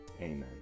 Amen